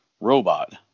robot